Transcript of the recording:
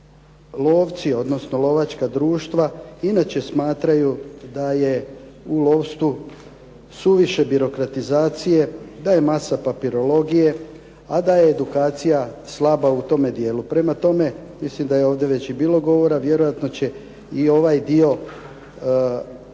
lovci, odnosno lovačka društva inače smatraju da je u lovstvu suviše birokratizacije, da je masa papirologije a da je edukacija slaba u tome dijelu. Prema tome, mislim da je ovdje već i bilo govora, vjerojatno će i ovaj dio